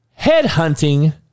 Headhunting